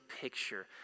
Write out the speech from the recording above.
picture